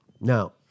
Now